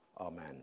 amen